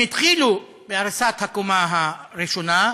הם התחילו מהריסת הקומה הראשונה,